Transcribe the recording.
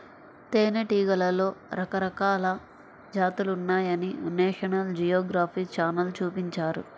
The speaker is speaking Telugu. తేనెటీగలలో రకరకాల జాతులున్నాయని నేషనల్ జియోగ్రఫీ ఛానల్ చూపించారు